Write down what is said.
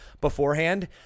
beforehand